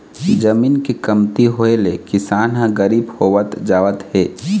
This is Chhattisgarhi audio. जमीन के कमती होए ले किसान ह गरीब होवत जावत हे